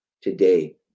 today